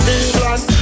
England